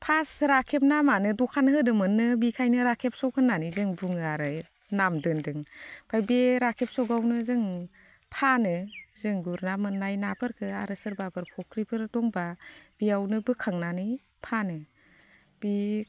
फास राखेब नामानो दखान होदोंमोननो बेनिखायनो राखेब स'क होननानै जों बुङो आरो नाम दोनदों ओमफ्राय बे राखेब स'कआवनो जों फानो जों गुरना मोननाय नाफोरखौ आरो सोरबाफोर फुख्रिफोर दंबा बेयावनो बोखांनानै फानो बे